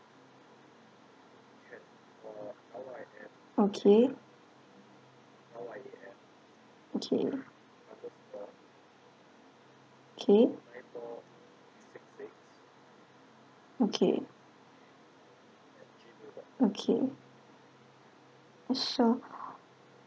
okay okay okay okay okay so